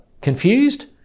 Confused